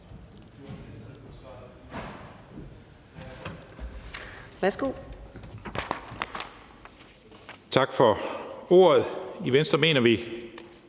Værsgo.